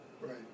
Right